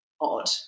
odd